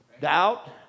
Doubt